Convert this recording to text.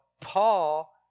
Paul